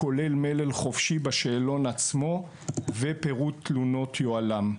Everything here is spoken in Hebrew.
כולל מלל חופשי בשאלון עצמו ופירוט תלונות יוהל"ם.